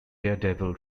daredevil